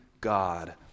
God